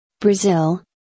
Brazil